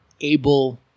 able